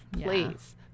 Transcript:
Please